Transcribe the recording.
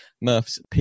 murph's